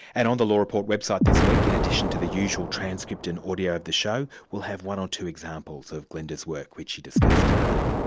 and on the law report website this week in addition to the usual transcript and audio of the show, we'll have one or two examples of glenda's work which she discussed today.